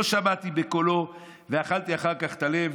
לא שמעתי בקולו ואכלתי אחר כך את הלב.